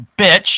bitch